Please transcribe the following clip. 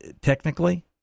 technically